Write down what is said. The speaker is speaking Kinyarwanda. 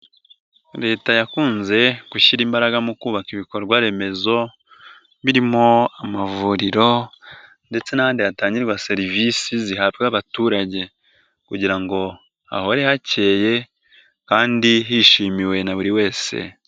Leta yakunze gushyira imbaraga mu kubaka ibikorwaremezo, birimo amavuriro ndetse n'ahandi hatangirwa serivisi zihabwa abaturage kugira ngo ahore hakeye kandi hishimiwe na buri wese.